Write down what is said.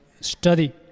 study